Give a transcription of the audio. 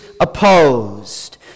opposed